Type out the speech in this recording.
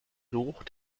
geruch